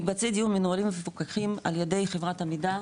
מקבצי דיור מנוהלים ומפוקחים על ידי חברת עמידר